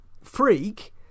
freak